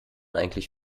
eigentlich